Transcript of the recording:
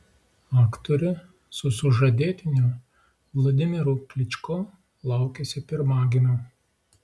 aktorė su sužadėtiniu vladimiru kličko laukiasi pirmagimio